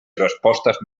respostes